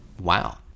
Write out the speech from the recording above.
Wow